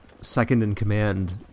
second-in-command